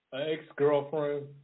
ex-girlfriend